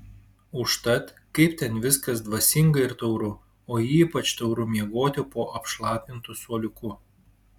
užtat kaip ten viskas dvasinga ir tauru o ypač tauru miegoti po apšlapintu suoliuku